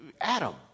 Adam